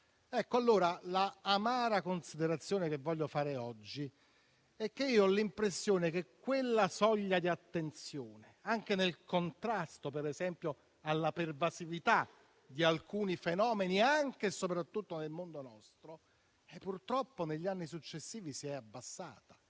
Allora, l'amara considerazione che voglio fare oggi è che ho l'impressione che quella soglia di attenzione, anche nel contrasto alla pervasività di alcuni fenomeni, anche e soprattutto nel mondo nostro, purtroppo negli anni successivi si è abbassata.